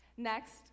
Next